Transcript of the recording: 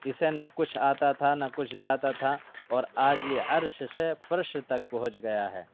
اسے نہ کچھ آتا تھا نہ کچھ جاتا تھا اور آج یہ عرش سے فرش تک پہنچ گیا ہے